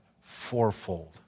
fourfold